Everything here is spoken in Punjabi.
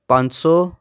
ਪੰਜ ਸੌ